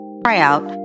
tryout